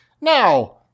Now